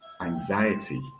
anxiety